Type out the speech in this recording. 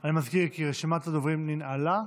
אני מזכיר כי רשימת הדוברים ננעלה,